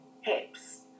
hips